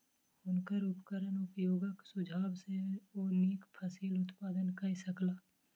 हुनकर उपकरण उपयोगक सुझाव सॅ ओ नीक फसिल उत्पादन कय सकला